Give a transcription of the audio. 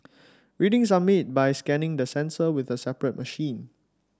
readings are made by scanning the sensor with a separate machine